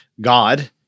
God